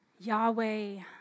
Yahweh